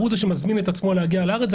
הוא זה שמזמין את עצמו להגיע לארץ,